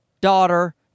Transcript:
daughter